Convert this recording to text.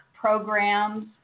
programs